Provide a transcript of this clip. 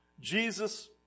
Jesus